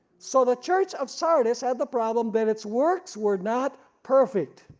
so the church of sardis had the problem that it's works were not perfect,